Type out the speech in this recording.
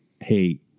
hey